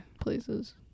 Places